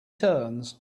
turns